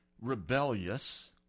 rebellious